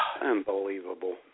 Unbelievable